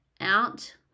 out